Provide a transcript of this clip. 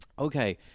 Okay